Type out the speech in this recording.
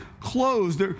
closed